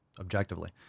objectively